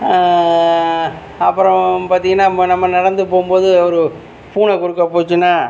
அப்பறம் பார்த்திங்கனா நம்ம நம்ம நடந்து போகும்போது ஒரு பூனை குறுக்க போச்சினால்